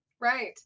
Right